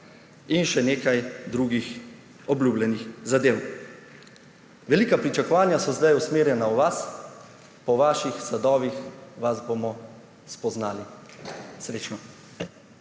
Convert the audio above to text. in še nekaj drugih obljubljenih zadev. Velika pričakovanja so zdaj usmerjena v vas. Po vaših sadovih vas bomo spoznali. Srečno.